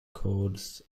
chords